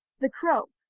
the crow,